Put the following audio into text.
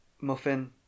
Muffin